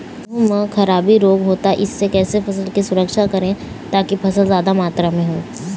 गेहूं म खराबी रोग होता इससे कैसे फसल की सुरक्षा करें ताकि फसल जादा मात्रा म हो?